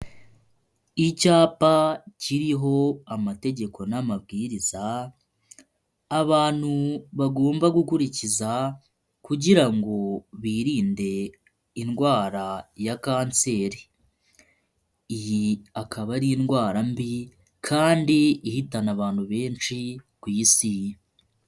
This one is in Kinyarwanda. Icyapa kiriho amategeko n'amabwiriza abantu bagomba gukurikiza kugira ngo birinde indwara ya kanseri, iyi akaba ari indwara mbi kandi ihitana abantu benshi ku isi.